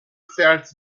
felt